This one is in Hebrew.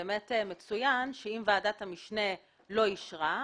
באמת מצוין שאם ועדת המשנה לא אישרה,